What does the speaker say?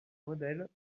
modèle